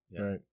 right